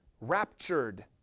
raptured